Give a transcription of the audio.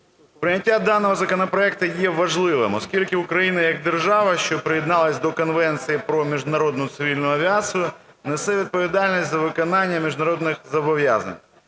Прийняття даного законопроекту є важливим, оскільки Україна як держава, що приєдналася до Конвенції про міжнародну цивільну авіацію, несе відповідальність за виконання міжнародних зобов'язань.